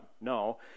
No